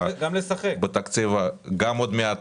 גם עוד מעט